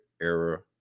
era